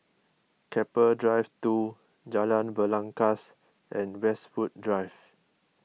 Keppel Drive two Jalan Belangkas and Westwood Drive